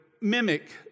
mimic